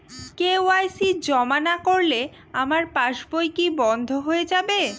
KYC জমা না করলে আমার পাসবই কি বন্ধ হয়ে যাবে?